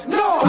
no